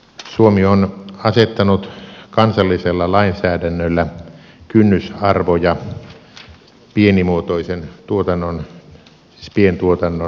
suomi on asettanut kansallisella lainsäädännöllä kynnysarvoja pienimuotoisen tuotannon siis pientuotannon määrittelylle